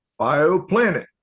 BioPlanet